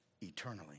eternally